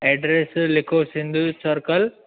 address लिखो Sindhu circle